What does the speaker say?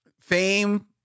Fame